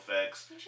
effects